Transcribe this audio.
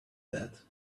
that